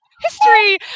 history